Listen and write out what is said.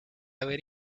haber